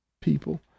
people